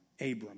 Abram